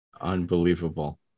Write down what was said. Unbelievable